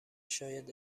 شاید